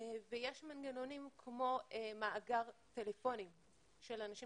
יש מנגנונים כמו מאגר טלפונים של אנשים